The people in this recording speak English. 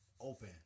Open